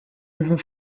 river